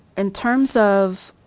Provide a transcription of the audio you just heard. in terms of,